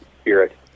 spirit